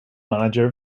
manager